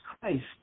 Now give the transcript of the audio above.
Christ